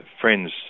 friend's